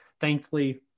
thankfully